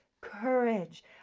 courage